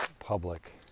public